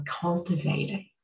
cultivating